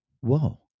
Whoa